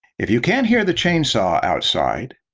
if you can't hear the chainsaw outside,